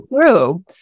true